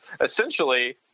Essentially